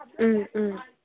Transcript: ꯎꯝ ꯎꯝ